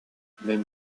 même